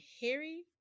Harry